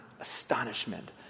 astonishment